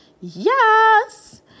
Yes